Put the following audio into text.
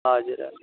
हजुर हजुर